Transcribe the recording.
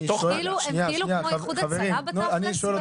הם כאילו כמו איחוד הצלה בתכל'ס?